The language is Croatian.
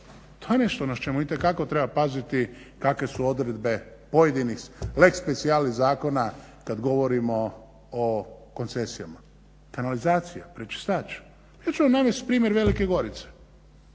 To je nešto na čemu itekako treba paziti kakve su odredbe pojedinih lex specialis zakona kada govorimo o koncesijama. Kanalizacija, pročistač. Ja ću vam navesti primjer Velike Gorice.